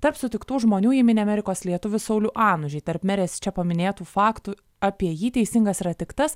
tarp sutiktų žmonių ji mini amerikos lietuvių saulių anužį tarp merės čia paminėtų faktų apie jį teisingas yra tik tas